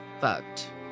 fucked